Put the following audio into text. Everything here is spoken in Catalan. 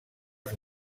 els